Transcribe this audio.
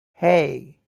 hey